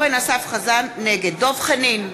חזן, נגד דב חנין,